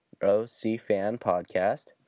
ocfanpodcast